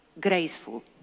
graceful